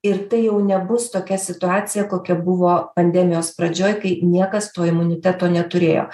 ir tai jau nebus tokia situacija kokia buvo pandemijos pradžioj kai niekas to imuniteto neturėjo